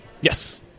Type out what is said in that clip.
Yes